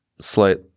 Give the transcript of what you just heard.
slight